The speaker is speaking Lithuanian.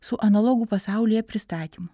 su analogų pasaulyje pristatymu